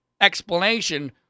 explanation